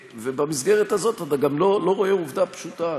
ובמסגרת הזאת אתה גם לא רואה עובדה פשוטה,